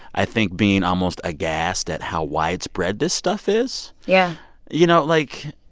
i think being almost aghast at how widespread this stuff is yeah you know, like,